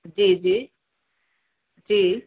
जी जी जी